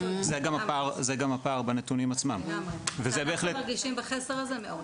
זה גם הפער בנתונים עצמם וזה בהחלט -- כולנו מרגישים בחסר הזה מאוד,